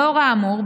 לאור האמור,